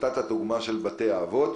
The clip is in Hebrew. נתת דוגמה של בתי אבות.